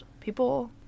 People